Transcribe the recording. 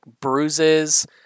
bruises